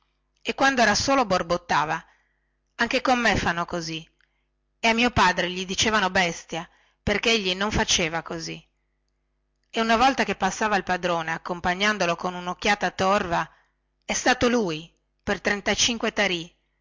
e quando era solo borbottava anche con me fanno così e a mio padre gli dicevano bestia perchè egli non faceva così e una volta che passava il padrone accompagnandolo con unocchiata torva è stato lui per trentacinque tarì